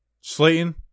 slayton